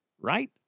right